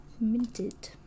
minted